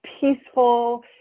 peaceful